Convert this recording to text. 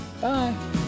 bye